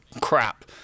crap